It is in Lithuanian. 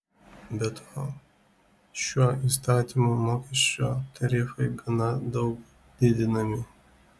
be to šiuo įstatymu mokesčio tarifai gana daug didinami